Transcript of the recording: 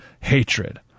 hatred